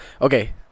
Okay